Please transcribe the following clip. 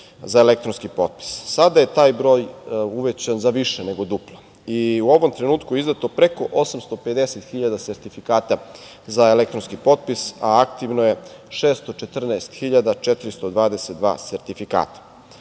za elektronski potpis. Sada je taj broj uvećan za više nego duplo. U ovom trenutku je izdato preko 850 hiljada sertifikata za elektronski potpis, a aktivno je 614.422 sertifikata. To